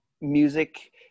music